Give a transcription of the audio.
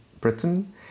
Britain